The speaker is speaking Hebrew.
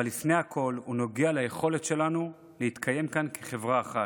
אבל לפני הכול הוא נוגע ליכולת שלנו להתקיים כאן כחברה אחת,